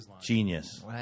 Genius